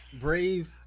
Brave